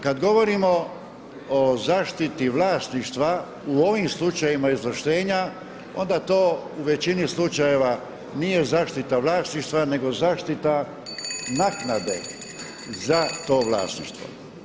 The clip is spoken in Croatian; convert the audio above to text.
Kada govorimo o zaštiti vlasništva u ovim slučajevima izvlaštenja onda to u većini slučajeva nije zaštita vlasništva, nego zaštita naknade za to vlasništvo.